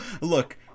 look